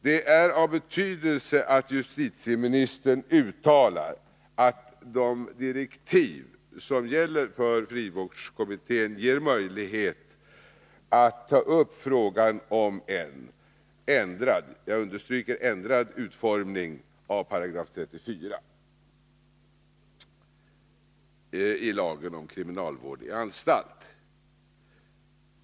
Det är av betydelse att justitieministern uttalar att de direktiv som gäller för frivårdskommittén ger möjlighet att ta upp frågan om en ändrad utformning av 34 § i lagen om kriminalvård i anstalt.